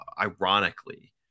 ironically